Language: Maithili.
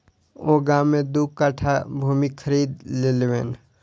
ओ गाम में दू कट्ठा भूमि खरीद लेलैन